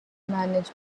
management